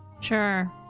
Sure